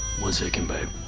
one second babe.